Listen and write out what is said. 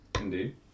Indeed